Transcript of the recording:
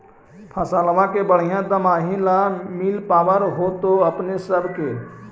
फसलबा के बढ़िया दमाहि न मिल पाबर होतो अपने सब के?